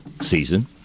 season